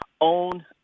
own